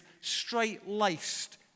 straight-laced